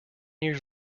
years